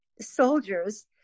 soldiers